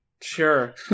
Sure